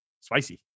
spicy